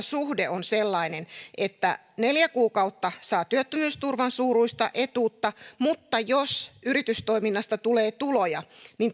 suhde on sellainen että neljä kuukautta saa työttömyysturvan suuruista etuutta mutta jos yritystoiminnasta tulee tuloja